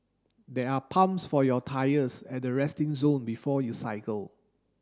there are pumps for your tyres at the resting zone before you cycle